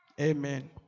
amen